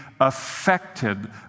affected